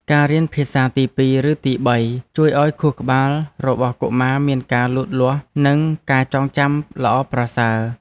ការរៀនភាសាទីពីរឬទីបីជួយឱ្យខួរក្បាលរបស់កុមារមានការលូតលាស់និងការចងចាំល្អប្រសើរ។